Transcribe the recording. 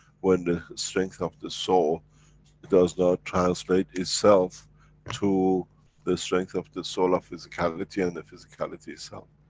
when the strength of the soul does not translate itself to the strength of the soul of physicality and the physicality itself.